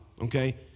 okay